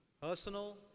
Personal